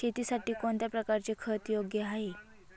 शेतीसाठी कोणत्या प्रकारचे खत योग्य आहे?